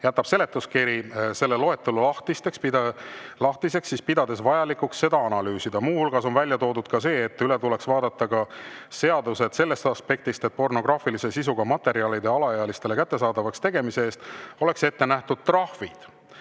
jätab seletuskiri selle loetelu lahtiseks, pidades vajalikuks seda analüüsida. Muu hulgas on välja toodud see, et seadus tuleks üle vaadata ka sellest aspektist, et pornograafilise sisuga materjalide alaealistele kättesaadavaks tegemise eest oleks ette nähtud trahvid